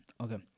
Okay